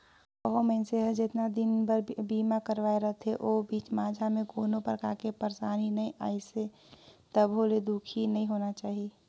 कहो मइनसे हर जेतना दिन बर बीमा करवाये रथे ओ बीच माझा मे कोनो परकार के परसानी नइ आइसे तभो ले दुखी नइ होना चाही